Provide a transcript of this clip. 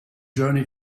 journey